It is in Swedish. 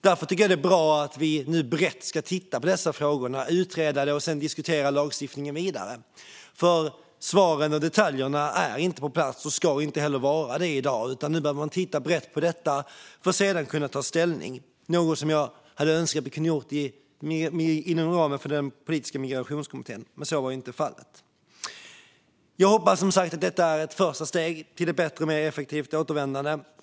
Därför tycker jag att det är bra att vi nu brett ska titta på dessa frågor, utreda det hela och sedan diskutera lagstiftningen vidare. Svaren och detaljerna är inte på plats och ska inte heller vara det i dag, utan nu behöver man titta brett på detta för att sedan kunna ta ställning. Det är något som jag önskar att vi kunde ha gjort inom ramen för den parlamentariska migrationskommittén. Men så var inte fallet. Jag hoppas som sagt att detta är ett första steg till ett bättre och mer effektivt återvändande.